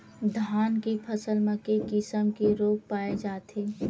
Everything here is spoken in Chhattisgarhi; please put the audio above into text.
धान के फसल म के किसम के रोग पाय जाथे?